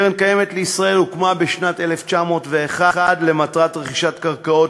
קרן קיימת לישראל הוקמה בשנת 1901 למטרת רכישת קרקעות